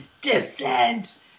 Descent